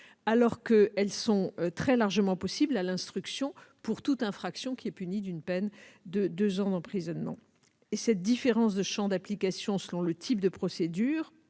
alors qu'elles sont très largement possibles à l'instruction pour toute infraction punie d'une peine de deux ans d'emprisonnement. Cette différence de champs d'application, selon le type de procédure,